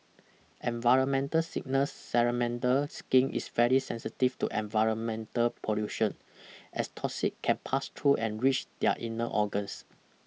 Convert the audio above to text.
environmental signals Salamander skin is very sensitive to environmental pollution as toxin can pass through and reach their inner organs